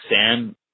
Sam